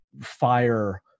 fire